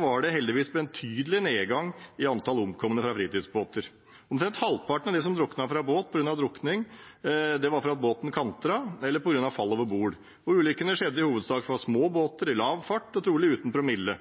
var det heldigvis en betydelig nedgang i antall omkomne fra fritidsbåter. Omtrent halvparten av dem som druknet fra båt, druknet fordi båten kantret eller de falt over bord. Ulykkene skjedde i hovedsak fra små båter i lav fart, og de omkomne hadde trolig ikke promille.